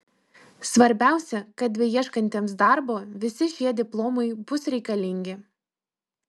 svarbiausia kad beieškantiems darbo visi šie diplomai bus reikalingi